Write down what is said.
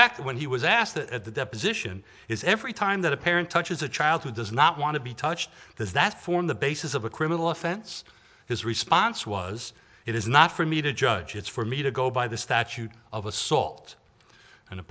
fact when he was asked that at the deposition is every time that a parent touches a child who does not want to be touched does that form the basis of a criminal offense his response was it is not for me to judge it's for me to go by the statute of assault and